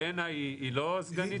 לנה היא לא סגנית שלך?